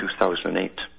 2008